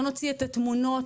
לא נוציא את התמונות,